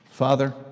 Father